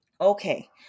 Okay